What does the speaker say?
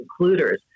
Includers